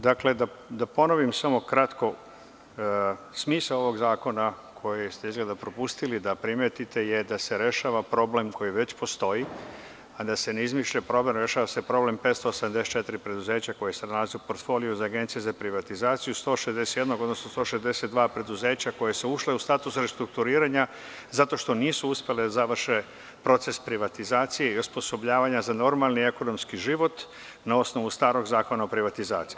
Dakle, da ponovim samo kratko, smisao ovog zakona koji ste izgleda propustili da primetite je da se rešava problem koji već postoji, a da se ne izmišlja problem, rešava se problem 584 preduzeća koja se nalaze u portfolio za Agencije za privatizaciju, 161, odnosno 162 preduzeća koja su ušla u status restrukturiranja zato što nisu uspela da završe proces privatizacije i osposobljavanja za normalni ekonomski život na osnovu starog Zakona o privatizaciji.